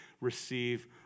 receive